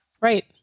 Right